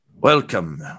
Welcome